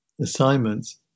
assignments